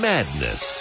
Madness